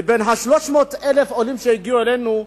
מ-300,000 עולים שהגיעו אלינו,